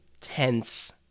tense